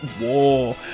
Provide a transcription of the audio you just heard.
War